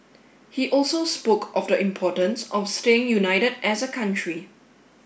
he also spoke of the importance of staying united as a country